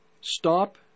stop